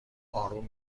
آروم